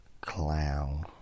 Clown